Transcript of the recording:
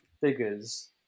figures